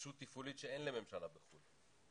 גמישות תפעולית שאין לממשלה בחוץ לארץ.